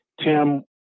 Tim